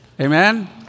Amen